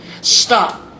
Stop